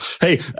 hey